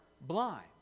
blind